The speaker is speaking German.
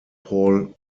paul